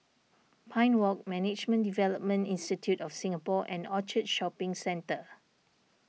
Pine Walk Management Development Institute of Singapore and Orchard Shopping Centre